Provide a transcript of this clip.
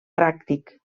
pràctic